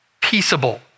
peaceable